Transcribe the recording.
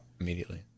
immediately